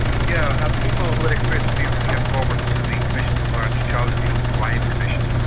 yeah ah people who had experienced abuse who came forward to the commission to enquire into child abuse, the ryan commission,